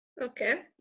Okay